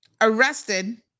arrested